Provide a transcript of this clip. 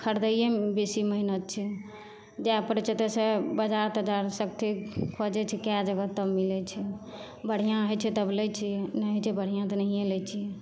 खरिदैयैमे बेसी मेहनत छै जाए पड़ैत छै एतऽसँ बाजार तजार सबठी खोजैत छियै कए जगह तब मिलैत छै बढ़िआँ होइत छै तब लै छियै नहि होइत छै बढ़िआँ तऽ नहिए लै छियै